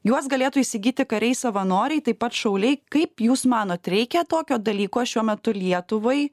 juos galėtų įsigyti kariai savanoriai taip pat šauliai kaip jūs manot reikia tokio dalyko šiuo metu lietuvai